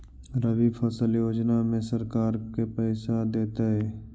रबि फसल योजना में सरकार के पैसा देतै?